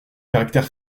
caractère